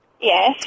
Yes